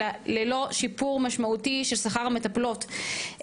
אלה ללא שיפור משמעותי של שכר המטפלות,